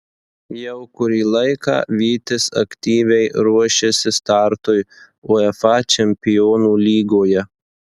jau kurį laiką vytis aktyviai ruošiasi startui uefa čempionų lygoje